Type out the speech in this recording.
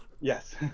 Yes